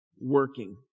working